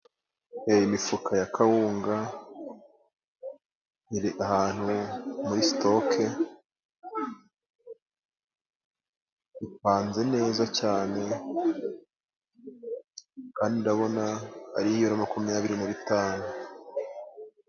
Imifuka ya kawunga iri ahantu muri sitoke ipanze neza cyane, kandi ndabona ari iy'ibiro makumyabiri na bitanu.